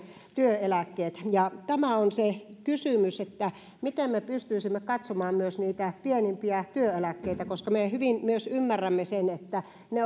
työeläkkeet ja kysymys on se että miten me pystyisimme katsomaan myös niitä pienimpiä työeläkkeitä koska me hyvin ymmärrämme sen että myös ne